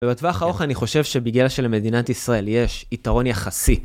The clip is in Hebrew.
ובטווח הארוך אני חושב שבגלל שלמדינת ישראל יש יתרון יחסי.